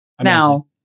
Now